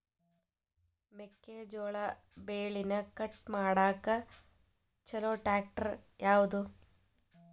ಮೆಕ್ಕೆ ಜೋಳ ಬೆಳಿನ ಕಟ್ ಮಾಡಾಕ್ ಛಲೋ ಟ್ರ್ಯಾಕ್ಟರ್ ಯಾವ್ದು?